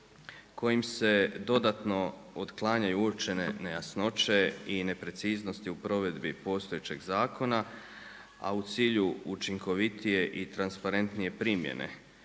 kojim se dodatno otklanjaju uočene nejasnoće i nepreciznosti u provedbi postojećeg zakona, a u cilju učinkovitije i transparentnije primjene